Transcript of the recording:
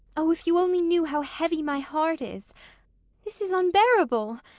oh, if you only knew how heavy my heart is this is unbearable!